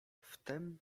wtem